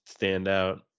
standout